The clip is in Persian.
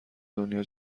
دنیا